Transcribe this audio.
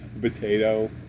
potato